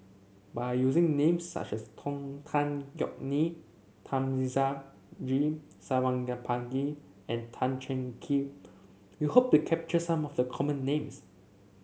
by using names such as Tong Tan Yeok Nee Thamizhavel G Sarangapani and Tan Cheng Kee we hope to capture some of the common names